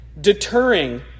deterring